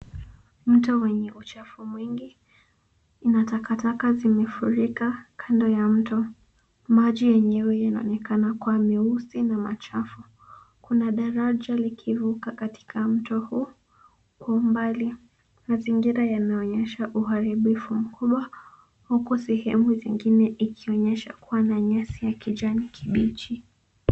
Mto wenye uchafu mwingi na takataka zimefurika kando ya mto. Maji yenyewe yanaonekana kuwa meusi na machafu. Kuna daraja likivuka katika mto huu kwa umbali. Mazingira yanaonyesha uharibifu mkubwa huku sehemu zingine zikionyesha kuwa na nyasi ya kijani kibichi.